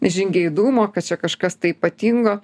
žingeidumo kad čia kažkas tai ypatingo